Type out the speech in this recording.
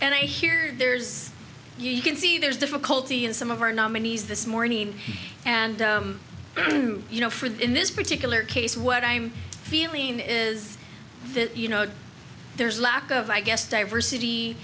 and i hear there's you can see there's difficulty in some of our nominees this morning and you know for in this particular case what i'm feeling is that you know there's a lack of i guess diversity